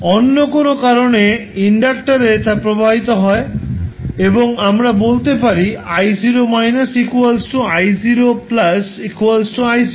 অন্য কোনও কারনে ইন্ডাক্টারে তা প্রবাহিত হয় এবং আমরা বলতে পারি i0− i0 I0